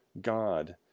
God